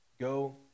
go